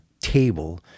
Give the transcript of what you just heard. table